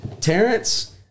Terrence